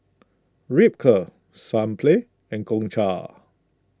Ripcurl Sunplay and Gongcha